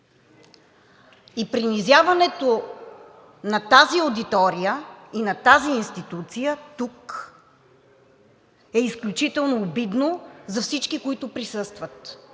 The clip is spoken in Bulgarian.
и принизяването на тази аудитория и на тази институция тук е изключително обидно за всички, които присъстват.